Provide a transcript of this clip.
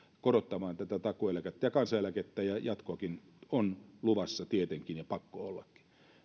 korottamaan tätä takuueläkettä ja kansaneläkettä ja jatkoakin on luvassa tietenkin ja pakko ollakin